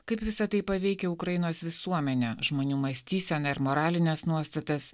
kaip visa tai paveikė ukrainos visuomenę žmonių mąstyseną ir moralines nuostatas